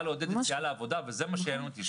לעודד יציאה לעבודה וזה מה שיעניין אותי,